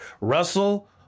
Russell